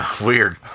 weird